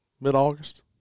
mid-August